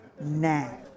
now